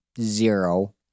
zero